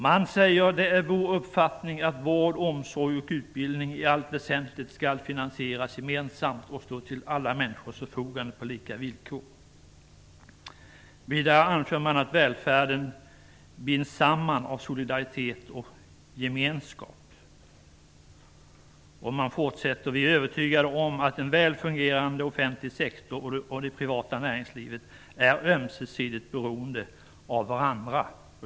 Man säger: "Det är vår uppfattning att vård, omsorg och utbildning i allt väsentligt skall finansieras gemensamt och stå till alla människors förfogande på lika villkor". Vidare anför man att välfärden binds samman av solidaritet och gemenskap. Man fortsätter med att säga att man är övertygad om att en väl fungerande offentlig sektor och det privata näringslivet är ömsesidigt beroende av varandra.